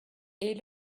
est